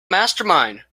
mastermind